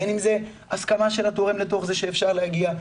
בין אם זה הסכמה של התורם לתוך זה שאפשר להגיע,